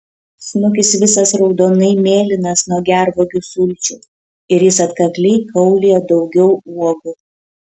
snukis visas raudonai mėlynas nuo gervuogių sulčių ir jis atkakliai kaulija daugiau uogų